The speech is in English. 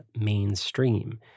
mainstream